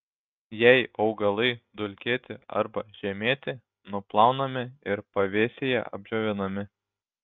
jei augalai dulkėti arba žemėti nuplaunami ir pavėsyje apdžiovinami